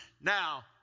Now